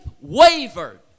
wavered